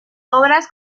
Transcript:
obras